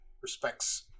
respects